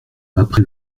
après